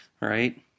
right